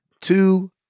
Two